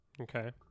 Okay